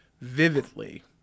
vividly